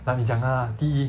like 你讲的 lah 第一